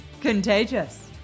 contagious